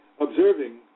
observing